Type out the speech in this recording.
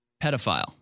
pedophile